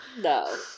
No